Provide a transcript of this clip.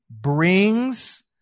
brings